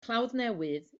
clawddnewydd